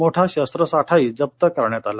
मोठा शस्त्रसाठाही जप्त करण्यात आला